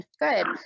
Good